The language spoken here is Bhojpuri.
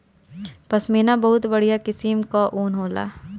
पश्मीना बहुत बढ़िया किसिम कअ ऊन होला